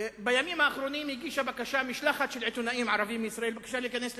בימים האחרונים הגישה משלחת של עיתונאים ערבים מישראל בקשה להיכנס לעזה,